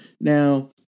now